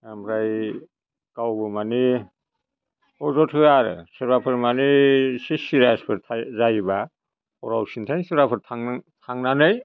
आमफ्राय गावबो मानि अजद होया आरो सोरबाफोर मानि एसे सिरियासफोर जायोबा हराव सिन्थायनो सोरबाफोर थां थांनानै